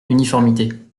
uniformité